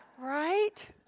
right